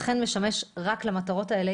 אכן משמש רק למטרות האלה,